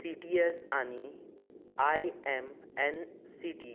C T S आनी I M N C T